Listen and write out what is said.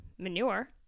manure